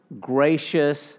gracious